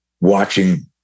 watching